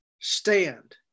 stand